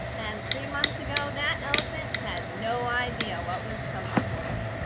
and three months ago, that elephant had no idea what was coming for it.